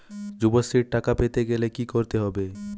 যুবশ্রীর টাকা পেতে গেলে কি করতে হবে?